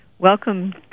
Welcome